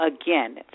Again